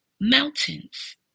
mountains